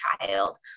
child